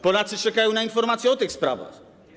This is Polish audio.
Polacy czekają na informacje o tych sprawach.